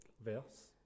verse